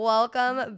Welcome